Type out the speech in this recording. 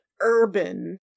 Urban